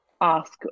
ask